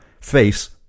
face